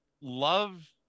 love